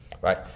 right